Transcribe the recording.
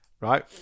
right